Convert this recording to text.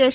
S